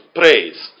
praise